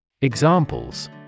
Examples